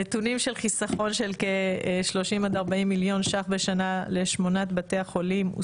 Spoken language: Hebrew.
הנתונים של חיסכון של כ-30-40 מיליון שקלים בשנה לשמונת בתי החולים הוא